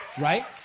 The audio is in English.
Right